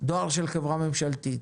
של חברה ממשלתית.